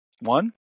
One